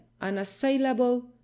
unassailable